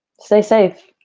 stay safe.